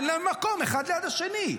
אין להם מקום אחד ליד השני.